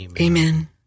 Amen